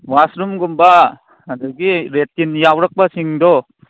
ꯋꯥꯁꯔꯨꯝꯒꯨꯝꯕ ꯑꯗꯒꯤ ꯂꯦꯇ꯭ꯔꯤꯟ ꯌꯥꯎꯔꯛꯄꯁꯤꯡꯗꯣ